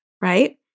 right